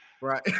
right